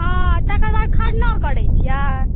हँ तकर बाद खरनो करै छियै